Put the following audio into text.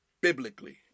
biblically